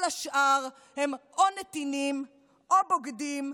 כל השאר הם או נתינים או בוגדים,